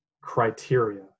criteria